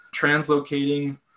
translocating